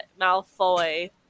Malfoy